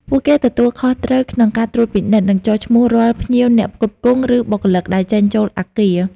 ពួកគេទទួលខុសត្រូវក្នុងការត្រួតពិនិត្យ និងចុះឈ្មោះរាល់ ភ្ញៀវ អ្នកផ្គត់ផ្គង់ ឬបុគ្គលិក ដែលចេញចូលអគារ។